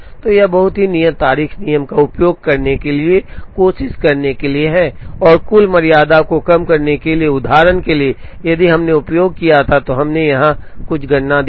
तो यह बहुत ही नियत तारीख नियम का उपयोग करने की कोशिश करने के लिए है और कुल मर्यादा को कम करने के लिए उदाहरण के लिए यदि हमने उपयोग किया था तो हमने यहां कुछ गणना दिखाई